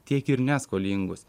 tiek ir neskolingus